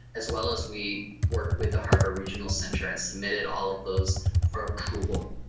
as well as we worked with the harbor regional center, and submitted all of those for approval.